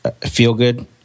feel-good